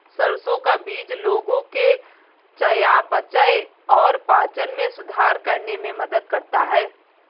सरसों का बीज लोगों के चयापचय और पाचन में सुधार करने में मदद करता है